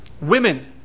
women